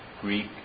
Greek